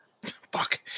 Fuck